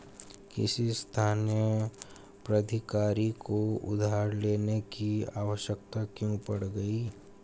किसी स्थानीय प्राधिकारी को उधार लेने की आवश्यकता क्यों पड़ गई?